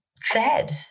fed